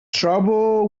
trouble